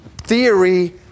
theory